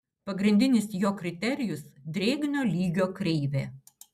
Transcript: pagrindinis jo kriterijus drėgnio lygio kreivė